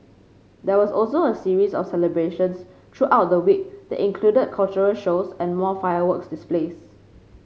there was also a series of celebrations throughout the week that included cultural shows and more fireworks displays